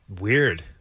Weird